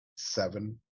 seven